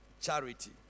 Charity